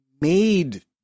made